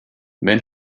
men